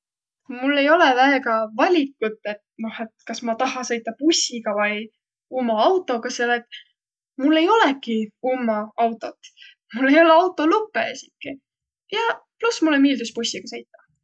Mul ei olõq väega valikut, et noh, et kas ma taha sõitaq bussiga vai uma autoga, selle et mul ei olõki umma autot. Mul ei olõq autolupõ esiki ja pluss mullõ miildüs bussiga sõitaq.